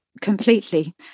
completely